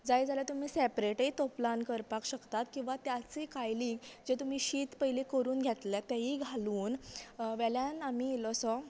जाय जाल्यार तुमी सॅपरेटय तोपलान करपाक शकतात किंव्हा त्याच्य कायलीन जे तुमी शीत पयलीं करून घेतले तेयी घालून वेल्यान आमी इल्लसो